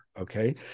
okay